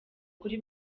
kuri